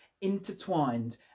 intertwined